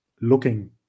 looking